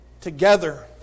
together